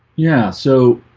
yeah, so